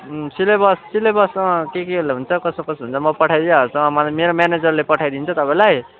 अँ syllabus syllabus अँ के के हुन्छ कसो कसो हुन्छ म पठाइ दिइहाल्छु अँ मेरो मेनेजरले पठाइदिन्छ तपाईँलाई